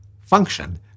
function